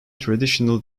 traditional